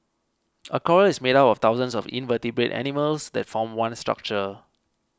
a coral is made up of thousands of invertebrate animals that form one structure